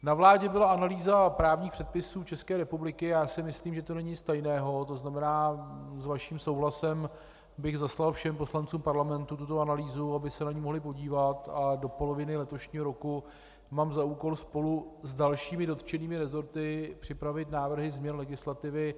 Na vládě byla analýza právních předpisů České republiky a já si myslím, že to není nic tajeného, to znamená s vaším souhlasem bych zaslal všem poslancům Parlamentu tuto analýzu, aby se na ni mohli podívat, a do poloviny letošního roku mám za úkol spolu s dalšími dotčenými resorty připravit návrhy změn legislativy.